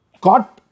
got